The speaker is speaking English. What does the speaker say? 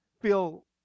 feel